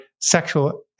sexual